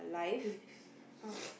place ah